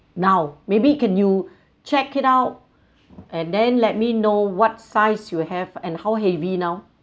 now maybe can you check it out and then let me know what size you have and how heavy now